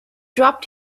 dropped